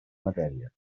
matèries